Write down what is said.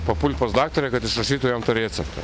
papult pas daktarą kad išrašytų jam tą receptą